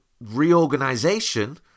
reorganization